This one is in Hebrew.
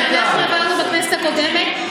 שאנחנו העברנו בכנסת הקודמת,